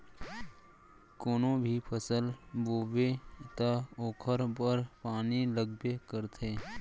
कोनो भी फसल बोबे त ओखर बर पानी लगबे करथे